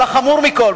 אבל החמור מכול,